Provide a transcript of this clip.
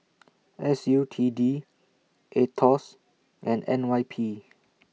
S U T D Aetos and N Y P